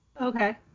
okay